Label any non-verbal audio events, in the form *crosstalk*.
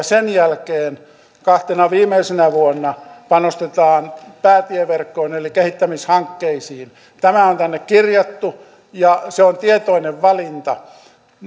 *unintelligible* sen jälkeen kahtena viimeisenä vuonna panostetaan päätieverkkoon eli kehittämishankkeisiin tämä on tänne kirjattu ja se on tietoinen valinta